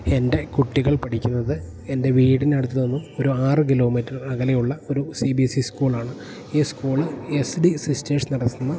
എൻ്റെ കുട്ടികൾ പഠിക്കുന്നത് എൻ്റെ വീടിനടുത്ത് നിന്നും ഒരു ആറ് കിലോമീറ്റർ അകലെയുള്ള ഒരു സി ബി എസ് ഇ സ്കൂളിലാണ് ഈ സ്കൂള് എസ് ഡി സിസ്റ്റേസ്സ് നടത്തുന്ന